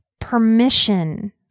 permission